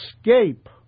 escape